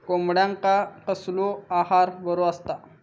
कोंबड्यांका कसलो आहार बरो असता?